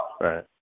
Right